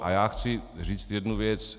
A já chci říct jednu věc.